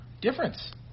difference